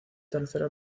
tercera